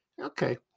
Okay